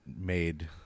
made